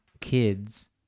kids